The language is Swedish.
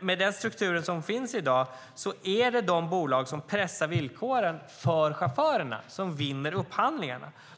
Med den struktur som finns i dag är det de bolag som pressar villkoren för chaufförerna som vinner upphandlingarna.